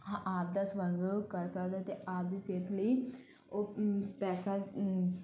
ਆਪਦਾ ਕਰ ਸਕਦਾ ਹੈ ਅਤੇ ਆਪਦੀ ਸਿਹਤ ਲਈ ਉਹ ਪੈਸਾ